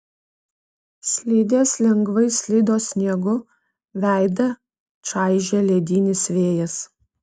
slidės lengvai slydo sniegu veidą čaižė ledinis vėjas